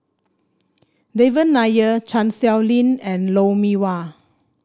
Devan Nair Chan Sow Lin and Lou Mee Wah